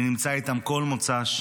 אני נמצא איתם כל מוצ"ש,